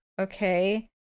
Okay